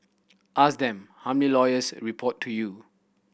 ask them how many lawyers report to you